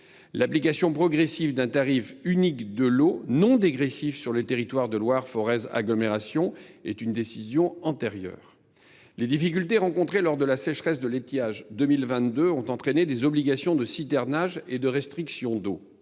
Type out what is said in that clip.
L’application progressive d’un tarif unique de l’eau non dégressif sur le territoire de Loire Forez agglomération est une décision antérieure. Les difficultés rencontrées lors de la sécheresse de l’étiage 2022 ont entraîné des obligations de citernage et des restrictions d’eau.